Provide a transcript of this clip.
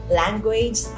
language